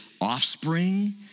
offspring